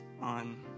on